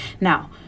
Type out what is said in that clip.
Now